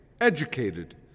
educated